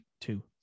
two